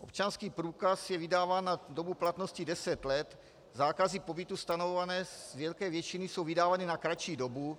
Občanský průkaz je vydáván na dobu platnosti deset let, zákazy pobytu stanovované z velké většiny jsou vydávané na kratší dobu.